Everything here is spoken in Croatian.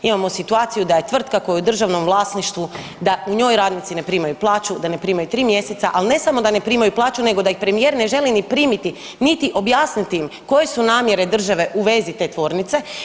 Imamo situaciju da je tvrtka koja je u državnoj vlasništvu da u njoj radnici ne primaju plaću, da ne primaju 3 mjeseca, al ne samo da ne primaju plaću nego da ih premijer ne želi ni primiti, niti objasniti im koje su namjere države u vezi te tvornice.